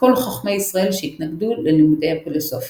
כל חכמי ישראל שהתנגדו ללימודי פילוספיה.